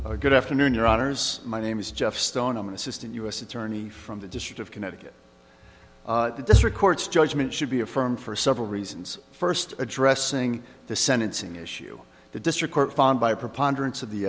stone good afternoon your honour's my name is jeff stone i'm an assistant u s attorney from the district of connecticut the district court's judgment should be affirmed for several reasons first addressing the sentencing issue the district court found by a preponderance of the